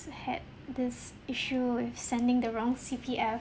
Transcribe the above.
had this issue with sending the wrong C_P_F